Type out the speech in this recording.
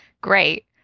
great